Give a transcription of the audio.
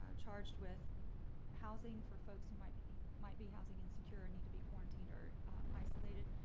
ah charged with housing for folks who might be might be housing insecure and need to be quarantined or isolated,